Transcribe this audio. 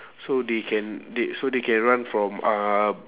so they can they so they can run from uh